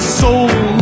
soul